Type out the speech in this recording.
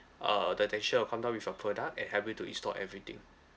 uh the technician will come down with your product and help you to install everything